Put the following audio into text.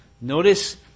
notice